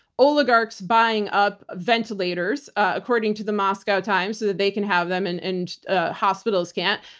oligarchs buying up ventilators, according to the moscow times, so that they can have them and and ah hospitals can't,